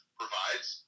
provides